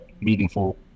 meaningful